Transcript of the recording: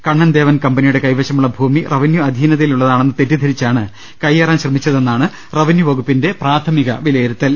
കണ്ണൻ ദേവൻ കമ്പനിയുടെ കൈവശമുള്ള ഭൂമി റവന്യൂ അധീനതയിലുള്ളതാണെന്ന് തെറ്റി ദ്ധരിച്ചാണ് കയ്യേറാൻ ശ്രമിച്ചതെന്നാണ് റവന്യൂ വകുപ്പിന്റെ പ്രാഥമിക വിലയിരു ത്തൽ